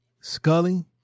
Scully